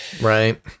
right